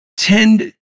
tend